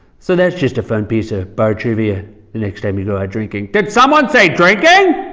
so that's just a fun piece of bar trivia the next time you go out drinking. did someone say drinking!